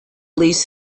leads